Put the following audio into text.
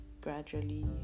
Gradually